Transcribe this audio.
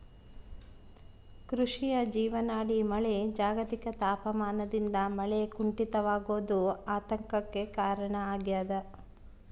ಕೃಷಿಯ ಜೀವನಾಡಿ ಮಳೆ ಜಾಗತಿಕ ತಾಪಮಾನದಿಂದ ಮಳೆ ಕುಂಠಿತವಾಗೋದು ಆತಂಕಕ್ಕೆ ಕಾರಣ ಆಗ್ಯದ